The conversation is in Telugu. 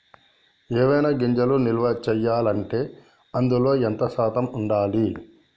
ఏవైనా గింజలు నిల్వ చేయాలంటే అందులో ఎంత శాతం ఉండాలి?